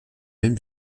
même